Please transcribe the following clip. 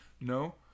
No